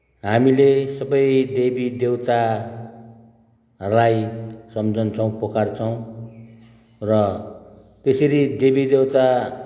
हामीले सबै देवी देउतालाई सम्झन्छौँ पुकार्छौँ र त्यसरी देवी देउता